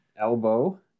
Elbow